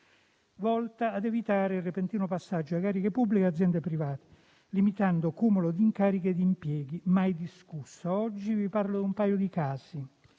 volta a evitare il repentino passaggio dalle cariche pubbliche alle aziende private, limitando cumulo di incarichi e impieghi: mai discussa. Oggi vi parlo di un paio di casi: